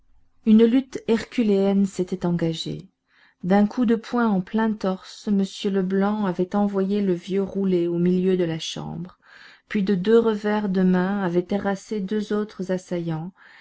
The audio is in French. une lutte herculéenne s'était engagée d'un coup de poing en plein torse m leblanc avait envoyé le vieux rouler au milieu de la chambre puis de deux revers de main avait terrassé deux autres assaillants